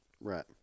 Right